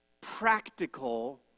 practical